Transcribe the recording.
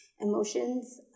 emotions